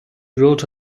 wrote